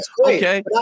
okay